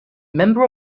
member